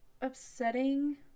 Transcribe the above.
upsetting